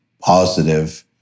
positive